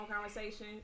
conversation